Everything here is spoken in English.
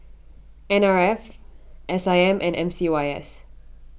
N R F S I M and M C Y S